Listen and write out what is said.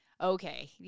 Okay